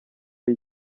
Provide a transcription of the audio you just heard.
ari